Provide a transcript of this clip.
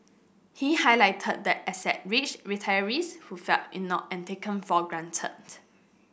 he highlighted the asset rich retirees who felt ignored and taken for granted